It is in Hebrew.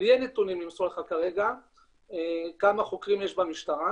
אין לי נתונים למסור לך כרגע כמה חוקרים יש במשטרה,